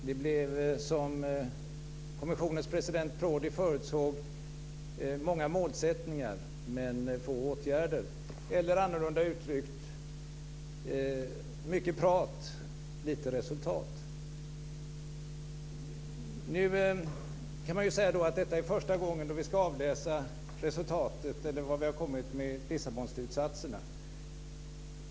Det blev, som kommissionens president Prodi förutsåg, många målsättningar men få åtgärder, eller annorlunda uttryckt: mycket prat och lite resultat. Detta är första gången då vi ska avläsa var vi har kommit med Lissabonslutsatserna.